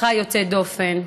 משפחה יוצאת דופן.